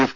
F